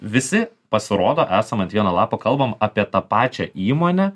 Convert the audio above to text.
visi pasirodo esam ant vieno lapo kalbam apie tą pačią įmonę